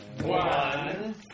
One